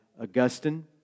Augustine